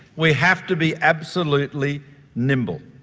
we have to be absolutely nimble.